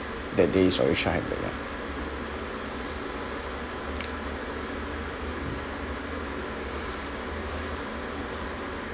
that day is already shorthanded